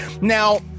Now